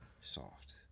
Soft